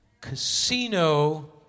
Casino